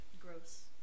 gross